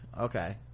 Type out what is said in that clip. okay